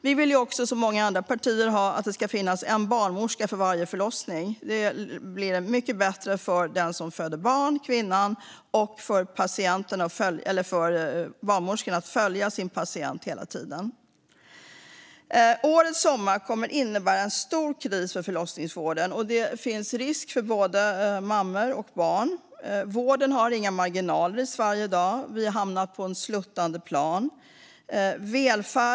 Vi vill, som många andra partier, att det ska finnas en barnmorska för varje förlossning. Det blir mycket bättre för den som föder barn, kvinnan, och för barnmorskan, som kan följa sin patient hela tiden. Årets sommar kommer att innebära en stor kris för förlossningsvården, och det finns risk för både mammor och barn. Vården har inga marginaler i Sverige i dag. Vi har hamnat på ett sluttande plan.